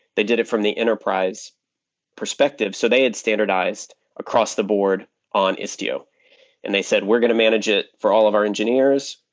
they did it from the enterprise perspective, so they had standardized across the board on istio and they said, we're going to manage it for all of our engineers,